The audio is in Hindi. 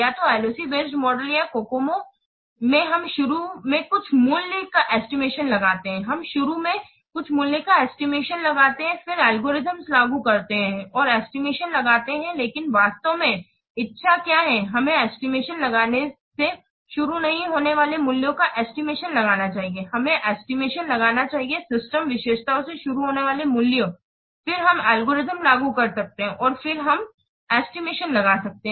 या तो LOC बेस्ड मॉडल या COCOMO में हम शुरू में कुछ मूल्य का एस्टिमेशन लगाते हैं हम शुरू में कुछ मूल्य का एस्टिमेशन लगाते हैं फिर एल्गोरिथ्म लागू करते हैं और एस्टिमेशन लगाते हैं लेकिन वास्तव में इच्छा क्या है हमें एस्टिमेशन लगाने से शुरू नहीं होने वाले मूल्यों का एस्टिमेशन लगाना चाहिए हमें एस्टिमेशन लगाना चाहिए सिस्टम विशेषताओं से शुरू होने वाले मूल्य फिर हम एल्गोरिथ्म लागू कर सकते हैं और फिर हम एस्टिमेशन लगा सकते हैं